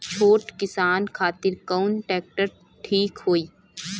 छोट किसान खातिर कवन ट्रेक्टर ठीक होई?